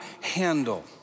handle